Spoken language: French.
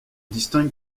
distingue